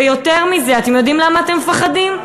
ויותר מזה, אתם יודעים למה אתם מפחדים?